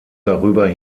darüber